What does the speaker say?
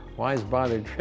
why is bothered